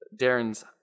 Darren's